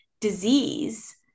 disease